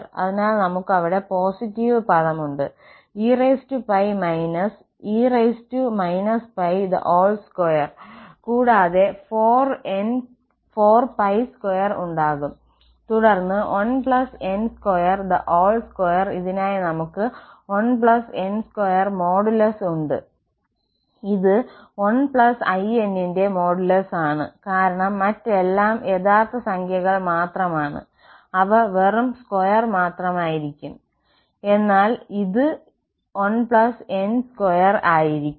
അതിനാൽ നമ്മൾക്ക് അവിടെ പോസിറ്റീവ് പദമുണ്ട് eπ−e π2 കൂടാതെ 4π2 ഉണ്ടാകും തുടർന്ന് 1n22 ഇതിനായി നമുക്ക് 1n2മോഡുലസ് ഉണ്ട് ഇത് 1¿ ന്റെ മോഡുലസ് ആണ് കാരണം മറ്റെല്ലാം യഥാർത്ഥ സംഖ്യകൾ മാത്രമാണ് അവ വെറും സ്ക്വയർ മാത്രമായിരിക്കും എന്നാൽ ¿1¿∨¿1n2 ആയിരിക്കും